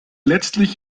letztlich